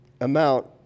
amount